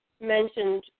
mentioned